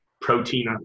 protein